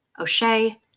O'Shea